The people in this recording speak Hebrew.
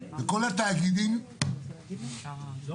יתרת החוב תעמוד לפירעון מיידי ויחולו הוראות סעיף 10. גבייה 11. עיצום